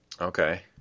Okay